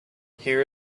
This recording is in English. here